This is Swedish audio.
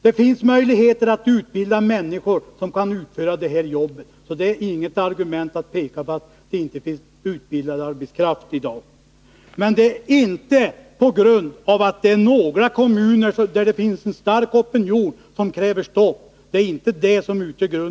Det finns möjlighet att utbilda människor som kan utföra jobbet, så det är inget argument att peka på att det inte finns utbildad arbetskraft i dag. I några kommuner finns en stark opinion som kräver stopp för giftanvändningen.